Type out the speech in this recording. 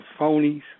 phonies